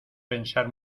pensar